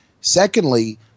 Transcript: Secondly